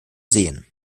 sehen